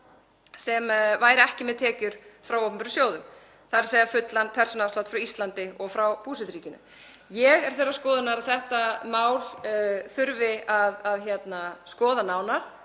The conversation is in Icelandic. sem ekki er með tekjur frá opinberum sjóðum, þ.e. fullan persónuafslátt frá Íslandi og frá búseturíkinu. Ég er þeirrar skoðunar að þetta mál þurfi að skoða nánar